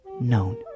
known